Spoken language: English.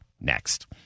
next